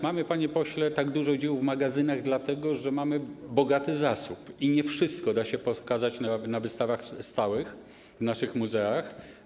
Mamy, panie pośle, tak dużo dzieł w magazynach, dlatego że mamy bogaty zasób i nie wszystko da się pokazać na wystawach stałych w naszych muzeach.